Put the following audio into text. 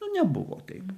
nu nebuvo taip